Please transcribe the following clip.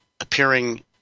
appearing